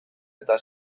eta